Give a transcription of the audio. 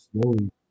slowly